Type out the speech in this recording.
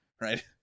Right